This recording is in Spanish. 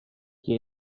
que